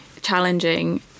challenging